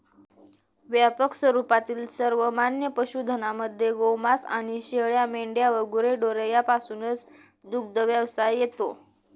व्यापक स्वरूपातील सर्वमान्य पशुधनामध्ये गोमांस आणि शेळ्या, मेंढ्या व गुरेढोरे यापासूनचा दुग्धव्यवसाय येतो